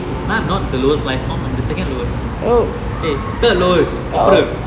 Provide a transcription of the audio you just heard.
but I'm not the lowest life form I'm the second lowest eh third lowest corporal